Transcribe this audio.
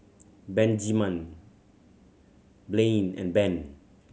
Benjiman Blaine and Ben